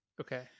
Okay